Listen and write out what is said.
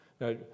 Now